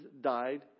died